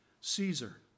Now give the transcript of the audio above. Caesar